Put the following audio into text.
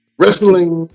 wrestling